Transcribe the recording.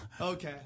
Okay